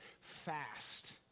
fast